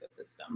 ecosystem